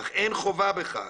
אך אין חובה בכך.